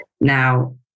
Now